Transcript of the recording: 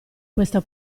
questa